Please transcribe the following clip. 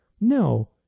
No